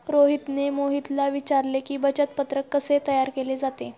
रोहितने मोहितला विचारले की, बचत पत्रक कसे तयार केले जाते?